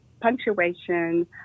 punctuation